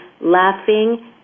laughing